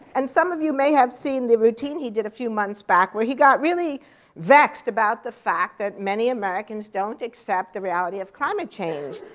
and some of you may have seen the routine he did a few months back where he got really vexed about the fact that many americans don't accept the reality of climate change.